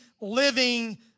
living